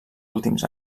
últims